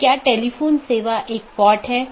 तो यह पूरी तरह से मेष कनेक्शन है